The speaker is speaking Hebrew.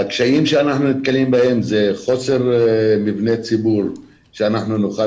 הקשיים בהם אנחנו נתקלים הם מחסור במבני ציבור שם נוכל